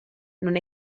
non